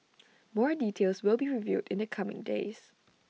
more details will be revealed in the coming days